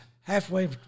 halfway